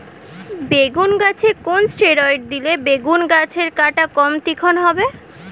বেগুন গাছে কোন ষ্টেরয়েড দিলে বেগু গাছের কাঁটা কম তীক্ষ্ন হবে?